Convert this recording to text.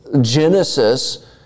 Genesis